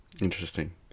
Interesting